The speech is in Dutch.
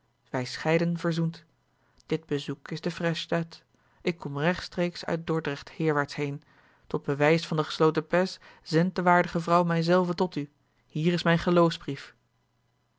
wij scheidden verzoend dit bezoek is de fraîche date ik kom rechtstreeks uit dordrecht herwaarts heen tot bewijs van den gesloten pays zendt de waardige vrouw mij zelve tot u hier is mijn